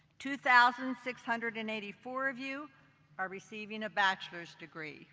two thousand six hundred and eighty four of you are receiving a bachelor's degree